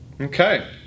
Okay